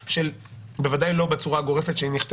בשווי של 150 ₪ או ערך השווי שיש בתוספת השלישית",